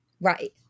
Right